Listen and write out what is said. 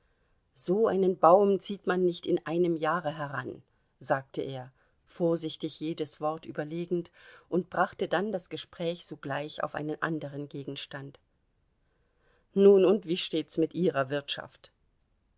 so einen baum zieht man nicht in einem jahre heran sagte er vorsichtig jedes wort überlegend und brachte dann das gespräch sogleich auf einen andern gegenstand nun und wie steht's mit ihrer wirtschaft